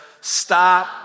Stop